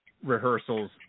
rehearsals